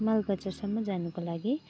मालबजारसम्म जानुको लागि